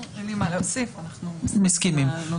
לא, אין לי מה להוסיף, אנחנו מסכימים לנוסח.